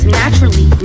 naturally